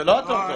זה לא הטוטו.